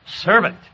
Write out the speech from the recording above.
servant